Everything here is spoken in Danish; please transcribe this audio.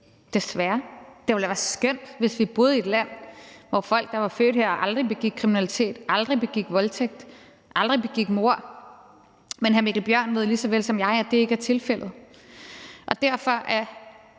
desværre. Det ville da være skønt, hvis vi boede i et land, hvor folk, der var født her, aldrig begik kriminalitet, aldrig begik voldtægt eller aldrig begik mord. Men hr. Mikkel Bjørn ved lige såvel som jeg, at det ikke er tilfældet. Derfor er